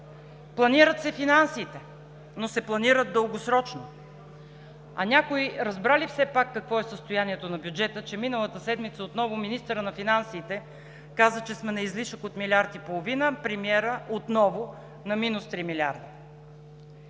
планират се финансите, но се планират дългосрочно. Някой разбра ли все пак какво е състоянието на бюджета, че миналата седмица отново министърът на финансите каза, че сме на излишък от милиард и половина, премиерът – отново, на минус 3 милиарда.